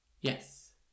Yes